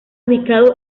ubicado